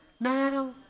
Now